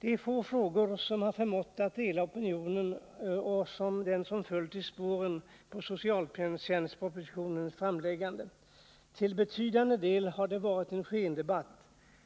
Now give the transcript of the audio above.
Det är få frågor som så har förmått att dela opinionen som den som följt i spåren på socialtjänstpropositionens framläggande. Till betydande del har det varit en skendebatt.